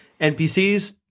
NPCs